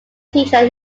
teacher